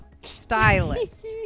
stylist